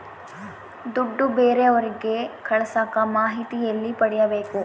ದುಡ್ಡು ಬೇರೆಯವರಿಗೆ ಕಳಸಾಕ ಮಾಹಿತಿ ಎಲ್ಲಿ ಪಡೆಯಬೇಕು?